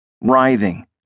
writhing